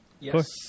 yes